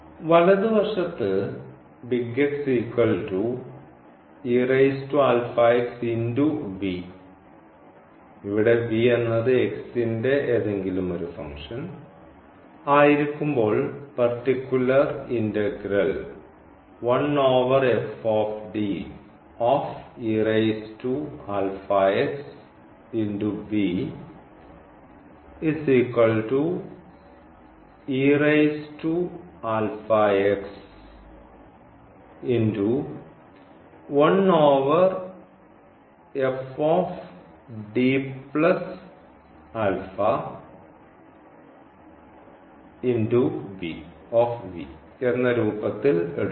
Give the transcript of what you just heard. വലതുവശത്ത് ഇവിടെ എന്നത് ന്റെ ഏതെങ്കിലും ഒരു ഫങ്ക്ഷൻ ആയിരിക്കുമ്പോൾ പർട്ടിക്കുലർ ഇന്റഗ്രൽ എന്ന രൂപത്തിൽ എടുക്കുന്നു